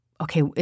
okay